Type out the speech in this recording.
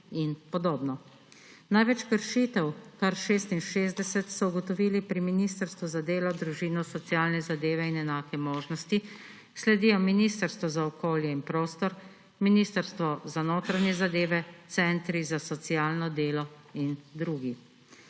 in podobno. Največ kršitev, kar 66, so ugotovili pri Ministrstvu za delo, družino, socialne zadeve in enake možnosti. Sledijo Ministrstvo za okolje in prostor, Ministrstvo za notranje zadeve, centri za socialno delo in drugi.